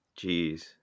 jeez